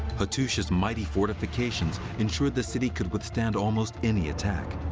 hattusha's mighty fortifications ensured the city could withstand almost any attack.